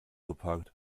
geparkt